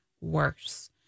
worse